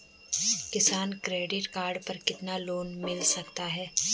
किसान credit card पर कितना लोंन मिल सकता है?